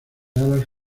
alas